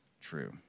true